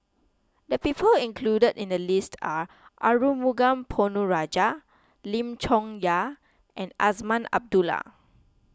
the people included in the list are Arumugam Ponnu Rajah Lim Chong Yah and Azman Abdullah